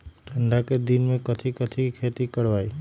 ठंडा के दिन में कथी कथी की खेती करवाई?